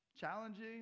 Challenging